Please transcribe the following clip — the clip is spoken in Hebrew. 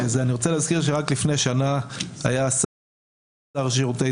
אני רוצה להזכיר שרק לפני שנה היה שר לשירותי